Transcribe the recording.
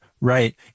Right